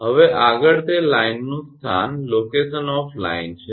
હવે આગળ તે લાઇનનું સ્થાન છે